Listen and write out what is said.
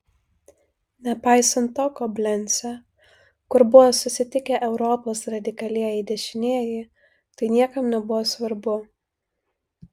nepaisant to koblence kur buvo susitikę europos radikalieji dešinieji tai niekam nebuvo svarbu